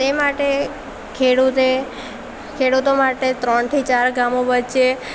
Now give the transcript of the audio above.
તે માટે ખેડૂતે ખેડૂતો માટે ત્રણથી ચાર ગામો વચ્ચે